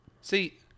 See